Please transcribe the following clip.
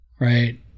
Right